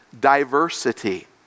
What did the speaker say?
diversity